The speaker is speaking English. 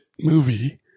movie